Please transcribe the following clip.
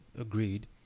agreed